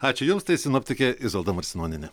ačiū jums tai sinoptikė izolda marcinonienė